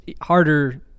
harder